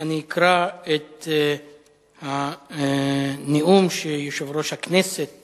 אני אקרא את הנאום שיושב-ראש הכנסת